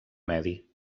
medi